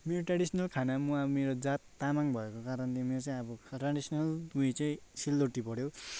मेरो ट्रेडिसनल खाना म अब मेरो जात तामाङ भएको कारणले मेरो चाहिँ अब ट्रेडिसनल उयो चाहिँ सेलरोटी पऱ्यो